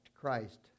Christ